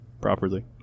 properly